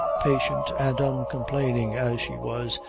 patient and uncomplaining as she was,